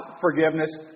forgiveness